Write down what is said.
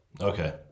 Okay